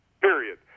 Period